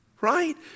right